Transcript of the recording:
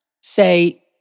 say